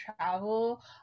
travel